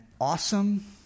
awesome